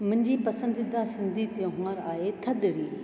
मुंहिंजी पसंदीदा सिंधी तहिवारु आहे थधिड़ी